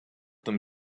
them